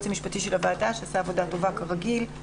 אני מתכבד לפתוח את ישיבת ועדת הכלכלה של